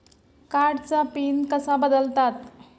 कार्डचा पिन कसा बदलतात?